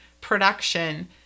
production